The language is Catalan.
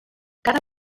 cada